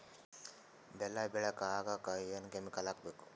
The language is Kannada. ಬೆಲ್ಲ ಬೆಳಗ ಆಗೋಕ ಏನ್ ಕೆಮಿಕಲ್ ಹಾಕ್ಬೇಕು?